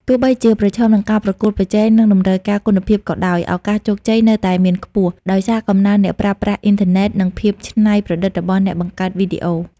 ទោះបីជាប្រឈមនឹងការប្រកួតប្រជែងនិងតម្រូវការគុណភាពក៏ដោយ ឱកាសជោគជ័យនៅតែមានខ្ពស់ ដោយសារកំណើនអ្នកប្រើប្រាស់អ៊ីនធឺណិតនិងភាពច្នៃប្រឌិតរបស់អ្នកបង្កើតវីដេអូ។